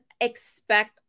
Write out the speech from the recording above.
expect